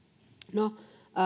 no